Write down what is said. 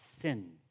sin